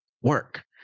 work